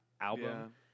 album